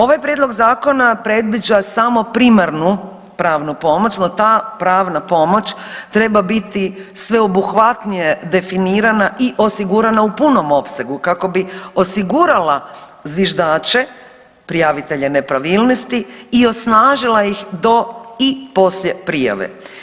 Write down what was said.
Ovaj prijedlog zakona predviđa samo primarnu pravnu pomoć, no ta pravna pomoć treba biti sveobuhvatnije definirana i osigurana u punom opsegu kako bi osigurala zviždače, prijavitelje nepravilnosti i osnažila ih do i poslije prijave.